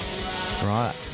right